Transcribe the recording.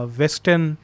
western